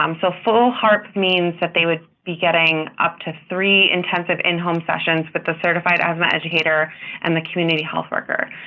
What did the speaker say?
um so full harp means that they would be getting up to three intensive in-home session with the certified asthma educator and the community health worker.